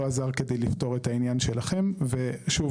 לא עזר כדי לפתור את העניין שלכם ושוב,